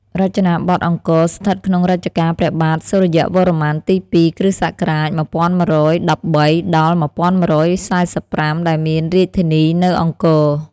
រចនាបថអង្គរ ស្ថិតក្នុងរជ្ជកាលព្រះបាទសូរ្យវរន្ម័ន ទី ២ គ.ស. ១១១៣ – ១១៤៥ ដែលមានរាជធានី នៅអង្គរ។